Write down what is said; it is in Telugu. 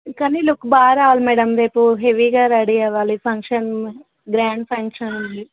కానీ లుక్ బాగా రావాలి మేడం రేపు హెవీగా రెడీ అవ్వాలి ఫంక్షన్ గ్రాండ్ ఫంక్షన్ ఉంది